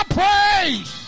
praise